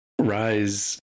rise